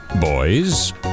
Boys